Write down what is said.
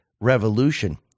revolution